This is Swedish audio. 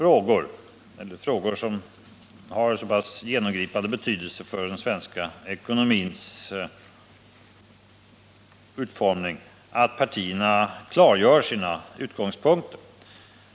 I frågor som har så pass genomgripande betydelse för den svenska ekonomins utformning är det viktigt att partierna klargör sina utgångspunkter.